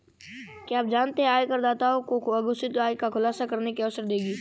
क्या आप जानते है आयकरदाताओं को अघोषित आय का खुलासा करने का अवसर देगी?